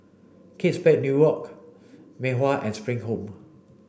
Kate Spade New York Mei Hua and Spring Home